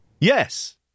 Yes